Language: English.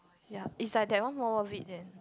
ya is like that one more worth it than